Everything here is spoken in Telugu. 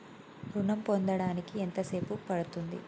ఋణం పొందడానికి ఎంత సేపు పడ్తుంది?